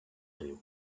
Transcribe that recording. riu